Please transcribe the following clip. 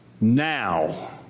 now